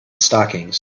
stockings